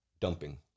dumping